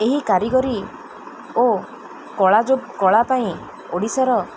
ଏହି କାରିଗରୀ ଓ କଳା ଯୋଗ କଳା ପାଇଁ ଓଡ଼ିଶାର